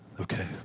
Okay